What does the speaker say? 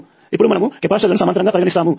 ఇప్పుడు మనము కెపాసిటర్లను సమాంతరంగా పరిగణిస్తాము